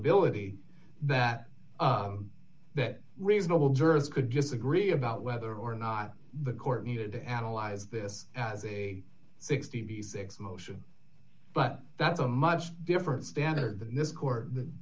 ability that that reasonable jurist could disagree about whether or not the court needed to analyze this as a sixty six dollars motion but that's a much different standard than this court that